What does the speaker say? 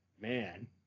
man